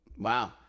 Wow